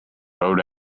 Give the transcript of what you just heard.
rode